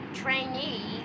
trainee